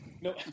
No